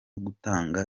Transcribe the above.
gutanga